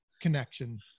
connection